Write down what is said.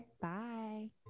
bye